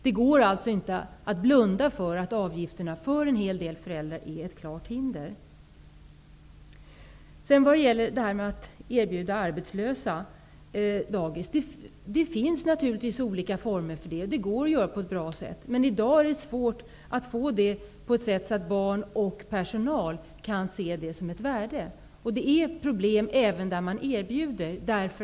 Det går alltså inte att blunda för att avgifterna är ett klart hinder för en hel del föräldrar. När det gäller att erbjuda arbetslösa dagisplats för sina barn finns det naturligtvis olika former för detta. Det går att genomföra på ett bra sätt. Men i dag kan det vara svårt för personal och barn att se detta som värdefullt. Det finns problem, även där man erbjuder dagis.